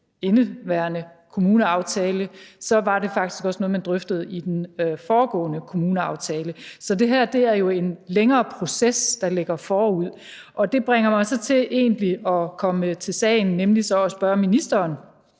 indeværende kommuneaftale; så var det faktisk også noget, man drøftede i den foregående kommuneaftale. Så det er jo en længere proces, der ligger forud. Det bringer mig så egentlig til sagen ved nemlig at spørge ministeren,